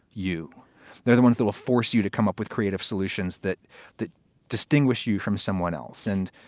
you know, the ones that will force you to come up with creative solutions that that distinguish you from someone else. and,